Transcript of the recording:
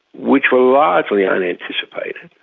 which were largely unanticipated,